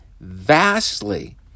vastly